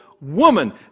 woman